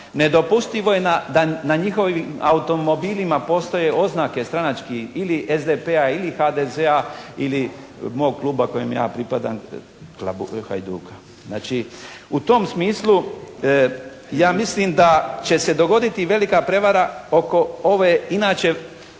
Nedopustivo je da na njihovim automobilima postoje oznake stranački ili SDP-a, ili HDZ-a ili mog kluba kojeg ja pripadam klubu "Hajduka". Znači u tom smislu ja mislim da će se dogoditi velika prevara oko ove inače